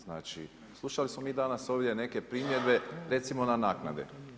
Znači, slušali smo mi danas ovdje neke primjedbe recimo na naknade.